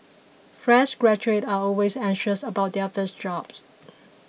fresh graduates are always anxious about their first jobs